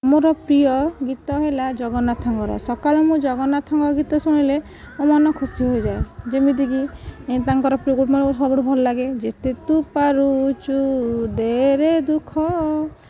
ମୋର ପ୍ରିୟ ଗୀତ ହେଲା ଜଗନ୍ନାଥଙ୍କର ସକାଳୁ ମୁଁ ଜଗନ୍ନାଥଙ୍କ ଗୀତ ଶୁଣିଲେ ମୋ ମନ ଖୁସି ହୋଇଯାଏ ଯେମିତିକି ମୁଁ ତାଙ୍କର ପୁରୁଣା ସବୁଠୁ ଭଲ ଲାଗେ ଯେତେ ତୁ ପାରୁଛୁ ଦେ ରେ ଦୁଃଖ